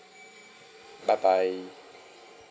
bye bye